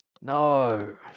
no